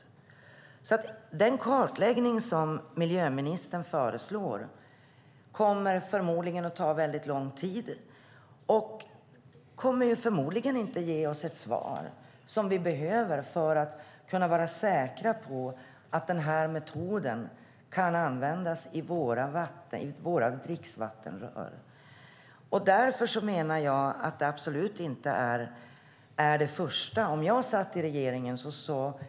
Den kartläggning miljöministern föreslår kommer förmodligen att ta väldigt lång tid och kommer förmodligen inte att ge oss det svar vi behöver för att kunna vara säkra på att metoden kan användas i våra dricksvattenrör. Därför menar jag att det absolut inte är det första att göra.